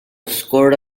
scored